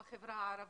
בחברה הערבית,